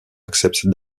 accepte